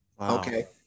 okay